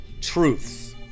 truths